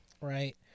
Right